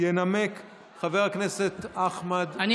ינמק חבר הכנסת אחמד טיבי.